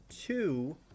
two